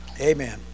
amen